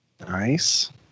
nice